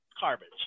garbage